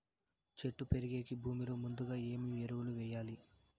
చెట్టు పెరిగేకి భూమిలో ముందుగా ఏమి ఎరువులు వేయాలి?